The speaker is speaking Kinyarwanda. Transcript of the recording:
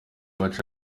baca